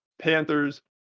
Panthers